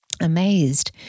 amazed